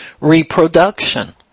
reproduction